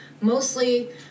Mostly